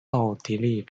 奥地利